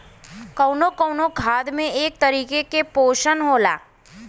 कउनो कउनो खाद में एक तरीके के पोशन होला